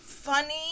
Funny